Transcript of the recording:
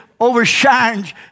overshines